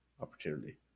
opportunity